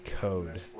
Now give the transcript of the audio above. code